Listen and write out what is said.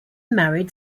married